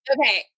Okay